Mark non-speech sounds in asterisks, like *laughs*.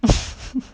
*laughs*